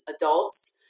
adults